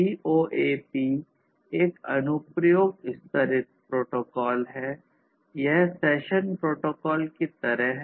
COEP एक अनुप्रयोग स्तरित की तरह है